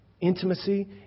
intimacy